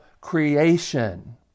creation